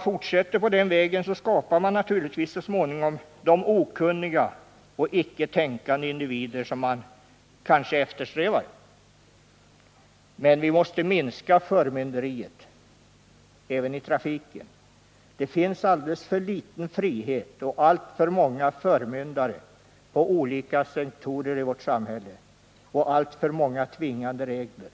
Fortsätter man på den vägen, skapar man naturligtvis så småningom de okunniga och icke tänkande individer som man kanske vill ha. Vi måste minska förmynderiet även i fråga om trafiken. Det finns alldeles för litet frihet och alltför många förmyndare inom olika sektorer av vårt samhälle. Det finns alltför många tvingande regler.